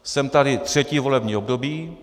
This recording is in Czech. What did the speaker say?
Jsem tady třetí volební období.